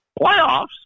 Playoffs